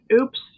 oops